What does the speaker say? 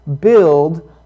build